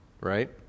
right